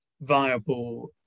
viable